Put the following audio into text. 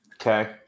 Okay